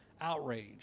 outrage